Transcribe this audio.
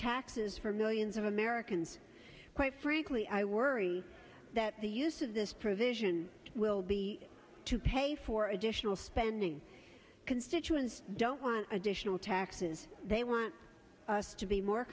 taxes for millions of americans quite frankly i worry that the use of this provision will be to pay for additional spending constituents don't want additional taxes they want us to be more